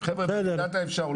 במידת האפשר להודיע בטלפון.